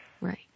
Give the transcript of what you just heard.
Right